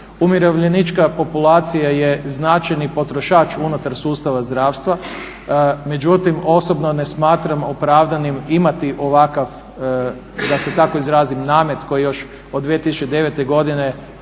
Umirovljenička populacija je značajni potrošač unutar sustava zdravstva, međutim osobno ne smatram opravdanim imati ovakav da se tako izrazim namet koji još od 2009. godine